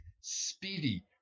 speedy